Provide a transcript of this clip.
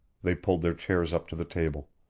they pulled their chairs up to the table.